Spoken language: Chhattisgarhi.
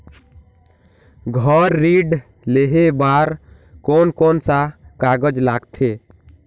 घर ऋण लेहे बार कोन कोन सा कागज लगथे?